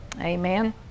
Amen